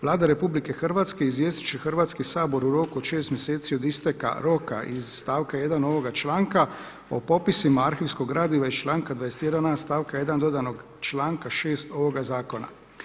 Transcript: Vlada RH izvijestit će Hrvatski sabor u roku od šest mjeseci od isteka roka iz stavka 1. ovoga članka o popisima arhivskog gradiva iz članka 21a. stavka 1. dodanog članka 6. ovoga zakona.